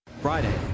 Friday